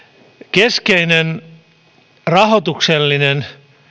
keskeinen rahoituksellinen